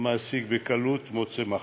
המעסיק בקלות מוצא מחליף.